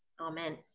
Amen